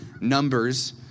Numbers